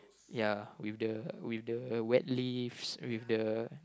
ya with the with the wet leaves